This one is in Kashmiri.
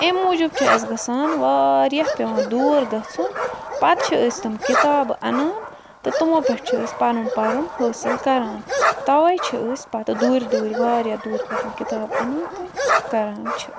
امہِ موٗجوٗب چھِ اَسہِ گَژھان واریاہ پیٚوان دوٗر گَژھُن پَتہٕ چھِ أسۍ تِم کِتابہٕ اَنان تہٕ تٕمو پٮ۪ٹھ چھِ أسۍ پَنُن پَرُن حٲصِل کَران تَوے چھِ أسۍ پَتہٕ دوٗرِ دوٗرِۍ واریاہ دوٗرِ پٮ۪ٹھ کِتابہٕ اَنان تہٕ کَران چھِ